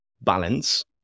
balance